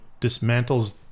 dismantles